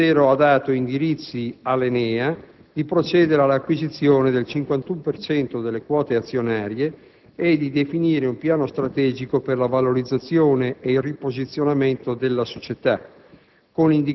il Ministero ha dato indirizzi all'ENEA di procedere all'acquisizione del 51 per cento delle quote azionarie e di definire un piano strategico per la valorizzazione e il riposizionamento della società,